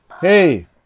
Hey